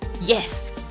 Yes